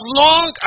long